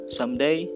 Someday